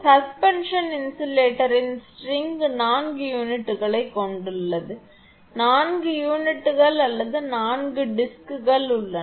suspension இன்சுலேட்டரின் string நான்கு யூனிட்களைக் கொண்டுள்ளது நான்கு யூனிட்கள் அல்லது நான்கு டிஸ்க்கள் உள்ளன